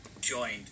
Joined